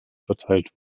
verteilt